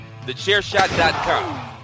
Thechairshot.com